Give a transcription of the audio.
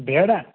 بٮ۪ڈ ہا